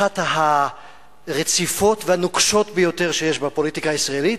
אחת הרציפות והנוקשות ביותר שיש בפוליטיקה הישראלית,